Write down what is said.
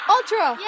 Ultra